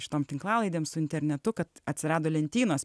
šitom tinklalaidėm su internetu kad atsirado lentynos